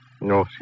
No